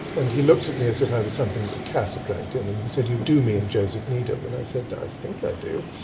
and he looked at me as if i was something the cat had dragged in and he said, you do mean and joseph needham, and i said i think i do,